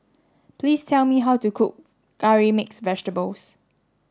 please tell me how to cook curry mixed vegetables